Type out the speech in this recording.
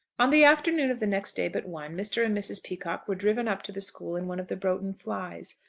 on the afternoon of the next day but one, mr. and mrs. peacocke were driven up to the school in one of the broughton flys.